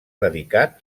dedicat